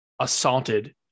assaulted